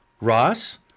Ross